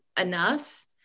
enough